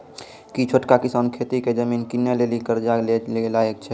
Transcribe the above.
कि छोटका किसान खेती के जमीन किनै लेली कर्जा लै के लायक छै?